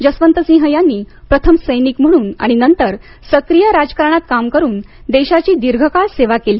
जसवंतसिंह यांनी प्रथम सैनिक म्हणून आणि नंतर सक्रीय राजकारणात काम करून देशाची दीर्घ काळ सेवा केली